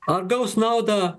ar gaus naudą